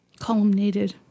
Columnated